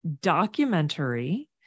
documentary